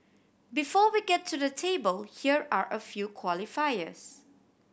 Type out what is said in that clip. before we get to the table here are a few qualifiers